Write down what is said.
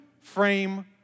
frame